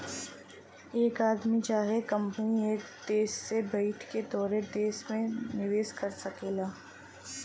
एक आदमी चाहे कंपनी एक देस में बैइठ के तोहरे देस मे निवेस कर सकेला